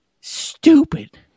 stupid